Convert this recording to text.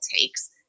takes